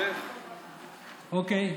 אוקיי.